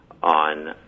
on